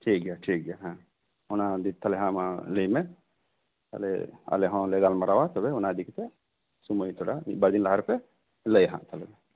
ᱴᱷᱤᱠ ᱜᱮᱭᱟ ᱴᱷᱤᱠ ᱜᱮᱭᱟ ᱦᱮᱸ ᱚᱱᱟ ᱫᱤᱱ ᱛᱟᱦᱞᱮ ᱦᱟᱸᱜ ᱢᱟ ᱞᱟᱹᱭ ᱢᱮ ᱟᱞᱮ ᱟᱞᱮ ᱦᱚᱸᱞᱮ ᱜᱟᱞᱢᱟᱨᱟᱣᱟ ᱛᱚᱵᱮ ᱚᱱᱟ ᱤᱫᱤ ᱠᱟᱛᱮᱫ ᱥᱩᱢᱟᱹᱭ ᱛᱷᱚᱲᱟ ᱢᱤᱫ ᱵᱟᱨ ᱫᱤᱱ ᱞᱟᱦᱟ ᱨᱮᱯᱮ ᱞᱟᱹᱭᱟ ᱱᱟᱦᱟᱸᱜ ᱛᱟᱦᱞᱮ